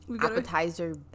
appetizer